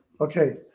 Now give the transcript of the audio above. okay